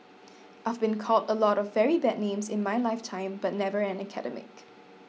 I've been called a lot of very bad names in my lifetime but never an academic